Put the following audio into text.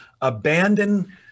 abandon